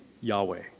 Yahweh